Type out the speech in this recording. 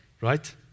right